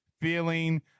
feeling